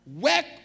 Work